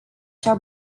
cea